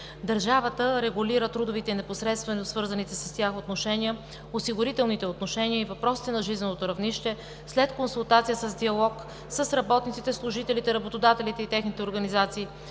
Държавата регулира трудовите и непосредствено свързаните с тях отношения, осигурителните отношения и въпросите на жизненото равнище след консултация и диалог с работниците, служителите, работодателите и техните организации